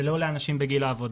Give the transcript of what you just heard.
ולא לאנשים בגיל העבודה.